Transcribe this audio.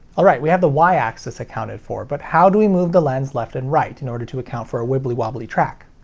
alright, we have the y axis accounted for. but how do we move the lens left and right, in order to account for a wibbly wobbly track?